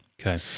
Okay